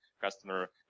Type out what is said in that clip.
customer